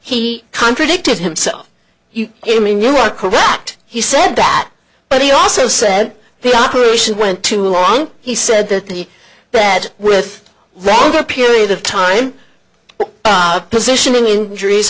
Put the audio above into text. he contradicted himself you mean you are correct he said that but he also said the operation went too long he said that the bad with regular period of time positioning injuries